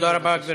תודה רבה, גברתי.